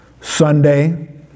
Sunday